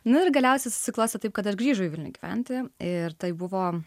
na ir galiausiai susiklostė taip kad aš grįžau į vilnių gyventi ir tai buvo